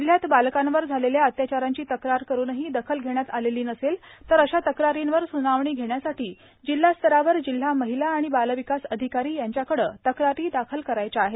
जिल्ह्यात बालकांवर झालेल्या अत्याचारांची तक्रार करूनही दखल घेण्यात आलेली नसेल तर अशा तक्रारींवर सुनावणी घेण्यासाठी जिल्हास्तरावर जिल्हा महिला आणि बालविकास अधिकारी यांच्याकडे तक्रारी करावयाच्या आहेत